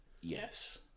Yes